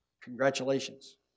Congratulations